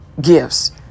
gifts